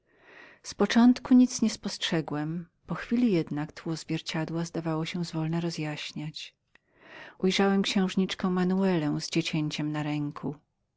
z początku nic nie spostrzegłem po chwili jednak tło zwierciadła zdawało się zwolna oświecać ujrzałem księżniczkę manuelę z dziecięciem na ręku